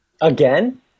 again